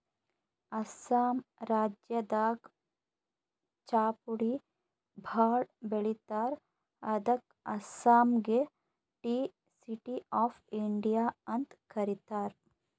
ಅಸ್ಸಾಂ ರಾಜ್ಯದಾಗ್ ಚಾಪುಡಿ ಭಾಳ್ ಬೆಳಿತಾರ್ ಅದಕ್ಕ್ ಅಸ್ಸಾಂಗ್ ಟೀ ಸಿಟಿ ಆಫ್ ಇಂಡಿಯಾ ಅಂತ್ ಕರಿತಾರ್